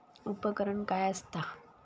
उपकरण काय असता?